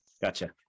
Gotcha